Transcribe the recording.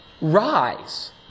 rise